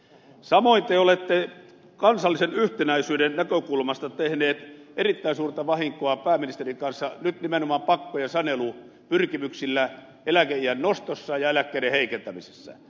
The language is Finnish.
samoin te olette kansallisen yhtenäisyyden näkökulmasta tehnyt erittäin suurta vahinkoa nyt pääministerin kanssa nimenomaan pakko ja sanelupyrkimyksillä eläkeiän nostossa ja eläkkeiden heikentämisessä